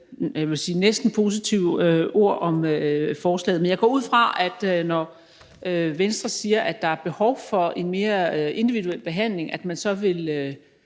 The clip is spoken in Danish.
jeg vil næsten sige positive ord her om forslaget. Men jeg går ud fra, når Venstre siger, at der er behov for en mere individuel behandling, at man så vil